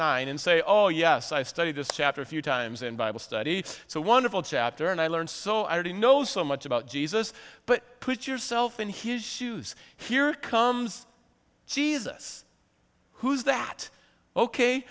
nine and say oh yes i've studied this chapter a few times in bible study so wonderful chapter and i learned so i already know so much about jesus but put yourself in his shoes here comes jesus who's that ok